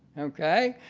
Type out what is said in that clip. okay?